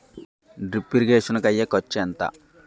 Drip irrigation కూ అయ్యే ఖర్చు ఎంత?